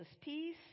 peace